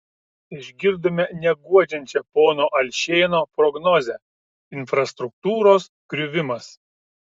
išgirdome neguodžiančią pono alšėno prognozę infrastruktūros griuvimas